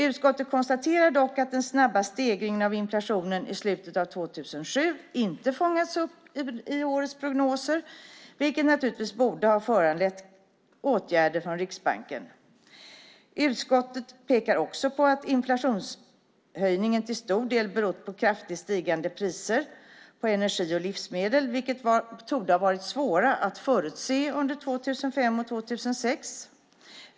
Utskottet konstaterar dock att den snabba stegringen av inflationen i slutet av 2007 inte fångats upp i årets prognoser, vilket naturligtvis borde ha föranlett åtgärder från Riksbanken. Utskottet pekar också på att inflationshöjningen till stor del berott på kraftigt stigande priser på energi och livsmedel, vilka torde ha varit svåra att förutse under 2005 och 2006.